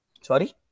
Sorry